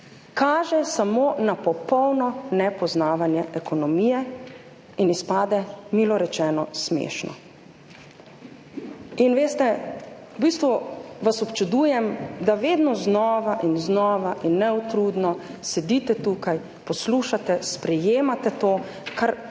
kaže samo na popolno nepoznavanje ekonomije in izpade milo rečeno, smešno. In veste, v bistvu vas občudujem, da vedno znova in znova in neutrudno sedite tukaj, poslušate, sprejemate to, kar